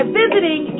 visiting